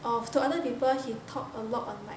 err to other people he talked a lot on like